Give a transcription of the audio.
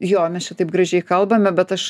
jo mes čia taip gražiai kalbame bet aš